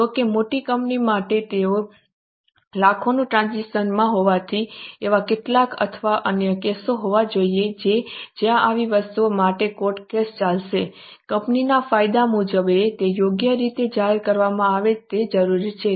જો કે મોટી કંપનીઓ માટે તેઓ લાખોના ટ્રાન્ઝેક્શન માં હોવાથી એવા કેટલાક અથવા અન્ય કેસો હોવા જોઈએ કે જ્યાં આવી વસ્તુઓ માટે કોર્ટ કેસ ચાલશે કંપનીના કાયદા મુજબ તે યોગ્ય રીતે જાહેર કરવામાં આવે તે જરૂરી છે